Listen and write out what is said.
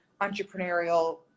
entrepreneurial